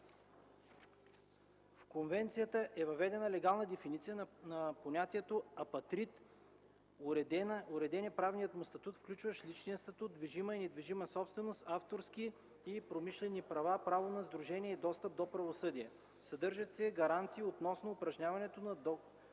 В Конвенцията е въведена легална дефиниция на понятието „апатрид”, уреден е правният му статут, включващ личния статут, движима и недвижима собственост, авторски и промишлени права, право на сдружение и достъп до правосъдие. Съдържат се гаранции относно упражняването на